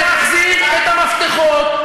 להחזיר את המפתחות.